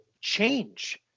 change